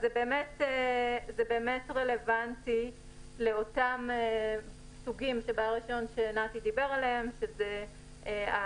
זה באמת רלוונטי לאותם סוגים של בעלי רישיון שנתי דיבר עליהם: עסקים,